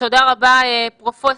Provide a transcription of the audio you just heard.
תודה רבה, פרופ'